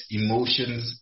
emotions